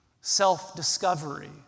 self-discovery